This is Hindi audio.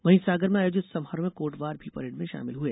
वहीं सागर में आयोजित समारोह में कोटवार भी परेड में शामिल हुए